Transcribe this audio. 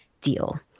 deal